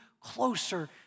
closer